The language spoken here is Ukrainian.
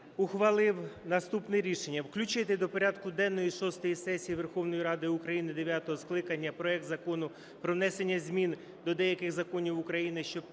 ухвалив наступне рішення. Включити до порядку денного шостої сесії Верховної Ради України дев'ятого скликання проект Закону про внесення змін до деяких законів України